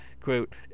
quote